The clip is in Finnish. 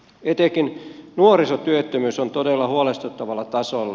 etenkin nuorisotyöttömyys on todella huolestuttavalla tasolla